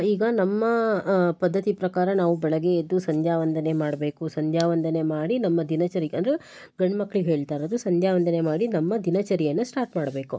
ಈಗ ನಮ್ಮ ಪದ್ಧತಿ ಪ್ರಕಾರ ನಾವು ಬೆಳಗ್ಗೆ ಎದ್ದು ಸಂಧ್ಯಾವಂದನೆ ಮಾಡ್ಬೇಕು ಸಂಧ್ಯಾವಂದನೆ ಮಾಡಿ ನಮ್ಮ ದಿನಚರಿಗೆ ಅಂದರೆ ಗಂಡು ಮಕ್ಳಿಗೆ ಹೇಳ್ತಾ ಇರೋದು ಸಂಧ್ಯಾವಂದನೆ ಮಾಡಿ ನಮ್ಮ ದಿನಚರಿಯನ್ನ ಸ್ಟಾರ್ಟ್ ಮಾಡ್ಬೇಕು